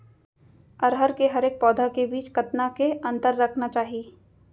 अरहर के हरेक पौधा के बीच कतना के अंतर रखना चाही?